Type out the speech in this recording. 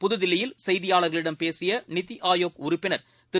புது தில்லியில் செய்தியாளர்களிடம் பேசியநித்திஆயோக் உறுப்பினர் திரு